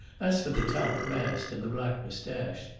as for the talc mask and the black moustache,